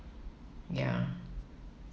ya